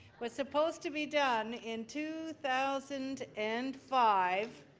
was supposed to be done in two thousand and five,